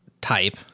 type